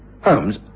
Holmes